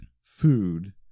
food